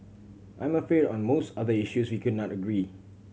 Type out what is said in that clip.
I am afraid on most other issues we could not agree